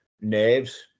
nerves